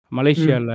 Malaysia